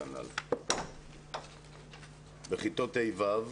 בכיתות ה'-ו',